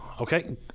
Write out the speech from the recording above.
Okay